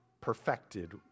perfected